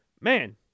man